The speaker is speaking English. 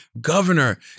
governor